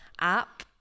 app